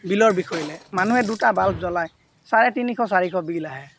বিলৰ বিষয়লৈ মানুহে দুটা বাল্ব জ্বলাই চাৰে তিনিশ চাৰিশ বিল আহে